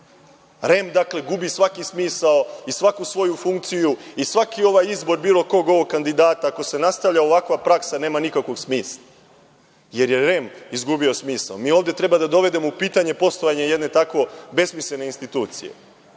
REM gubi svaki smisao i svaku svoju funkciju i svaki ovaj izbor bilo kog ovog kandidata, ako se nastavi ovakva praksa, nema nikakvog smisla, jer je REM izgubio smisao. Mi ovde treba da dovedemo u pitanje poslovanje jedne tako besmislene institucije